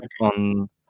on